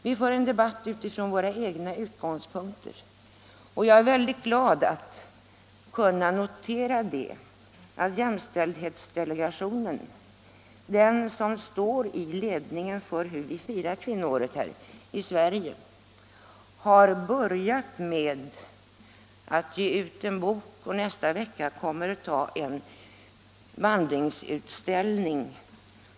Vi för en debatt utifrån våra egna utgångspunkter, och jag är mycket glad att kunna notera att jämställdhetsdelegationen - som står i ledningen för hur vi firar kvinnoåret här i Sverige — har börjat med att ge ut en bok och nästa vecka kommer att starta en vandringsutställning.